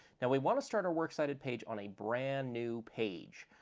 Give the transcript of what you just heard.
now, we want to start our works cited page on a brand-new page,